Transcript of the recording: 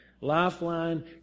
Lifeline